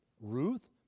Ruth